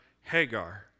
Hagar